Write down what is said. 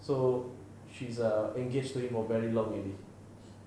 so she's err engaged to him for very long already